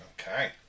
Okay